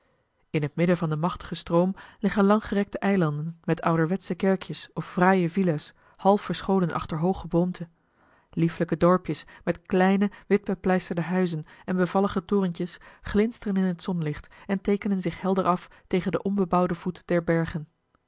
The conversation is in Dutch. in het midden van den machtigen stroom liggen langgerekte eilanden met ouder wetsche kerkjes of fraaie villa's half verscholen achter hoog geboomte liefelijke dorpjes met kleine witbepleisterde huizen en bevallige torentjes glinsteren in het zonlicht en teekenen zich helder af tegen den onbebouwden voet der bergen